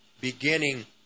beginning